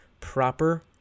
proper